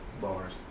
Bars